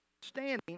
standing